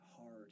hard